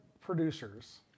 producers